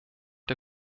der